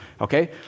okay